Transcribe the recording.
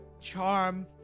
charm